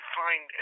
find